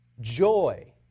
joy